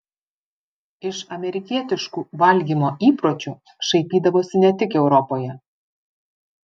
iš amerikietiškų valgymo įpročių šaipydavosi ne tik europoje